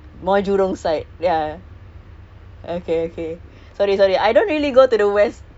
ya I stay at jurong west ya ya ya the new it's considered the new jurong